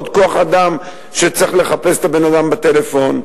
עוד כוח-אדם שצריך לחפש את הבן-אדם בטלפון.